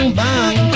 bang